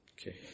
Okay